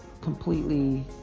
completely